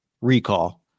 recall